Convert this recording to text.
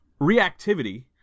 Reactivity